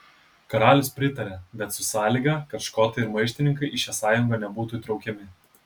karalius pritaria bet su sąlyga kad škotai ir maištininkai į šią sąjungą nebūtų įtraukiami